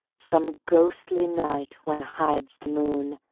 some ghostly night when hides the moon,